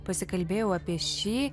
pasikalbėjau apie šį